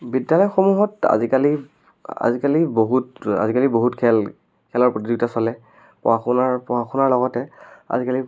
বিদ্য়ালয়সমূহত আজিকালি আজিকালি বহুত আজিকালি বহুত খেল খেলৰ প্ৰতিযোগিতা চলে পঢ়া শুনাৰ পঢ়া শুনাৰ লগতে আজিকালি